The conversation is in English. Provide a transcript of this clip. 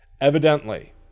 Evidently